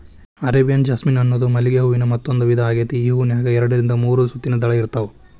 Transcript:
Arabian jasmine ಅನ್ನೋದು ಮಲ್ಲಿಗೆ ಹೂವಿನ ಮತ್ತಂದೂ ವಿಧಾ ಆಗೇತಿ, ಈ ಹೂನ್ಯಾಗ ಎರಡರಿಂದ ಮೂರು ಸುತ್ತಿನ ದಳ ಇರ್ತಾವ